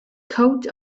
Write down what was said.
coat